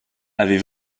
avait